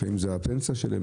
לפעמים זאת הפנסיה של האנשים,